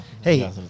Hey